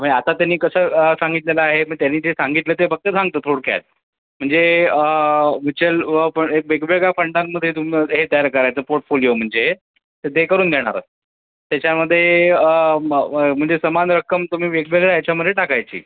मए आता त्यांनी कसं सांगितलेलं आहे मग त्यानी जे सांगितलं आहे ते फक्त सांगतो थोडक्यात म्हणजे म्युच्यल व् फ् एक वेगवेगळ्या फंडांमध्ये तुम् हे तयार करायचं पोर्टफोलिओ म्हणजे तर ते करून देणार त्याच्यामध्ये म् म्हणजे समान रक्कम तुम्ही वेगवेगळ्या ह्याच्यामध्ये टाकायची